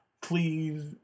please